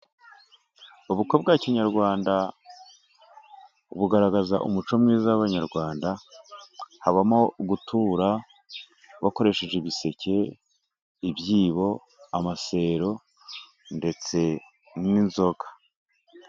Ubukwe bwa kinyarwanda bugaragaza umuco mwiza w'abanyarwanda, habamo gutura bakoresheje ibiseke, ibyibo, amasero, ndetse n'inzoka.